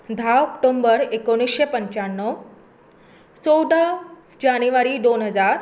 धा ऑक्टोबर एकोणीशें पंच्याण्णव चवदा जानेवारी दोन हजार